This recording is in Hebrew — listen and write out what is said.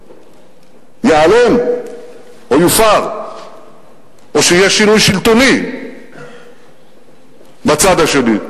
ייעלם או יופר או שיהיה שינוי שלטוני בצד השני,